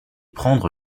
prendre